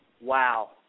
Wow